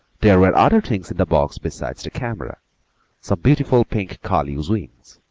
there were other things in the box besides the camera some beautiful pink curlew's wings,